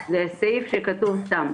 זה סעיף שכתוב סתם.